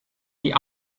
die